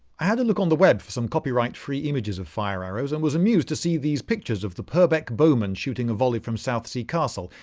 i had a look on the web for some copyright free images of fire arrows and was amused to see these pictures of the purbrook bowmen shooting a volley from south sea castle.